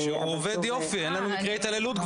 הוא עובד יופי, אין לנו מקרי התעללות...